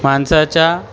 माणसाच्या